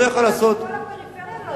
כל הפריפריה לא יכולה להמשיך לתפקד.